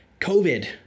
covid